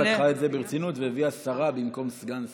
הממשלה לקחה את זה ברצינות והביאה שרה במקום סגן שר.